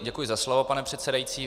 Děkuji za slovo, pane předsedající.